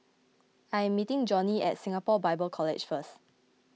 I am meeting Johney at Singapore Bible College first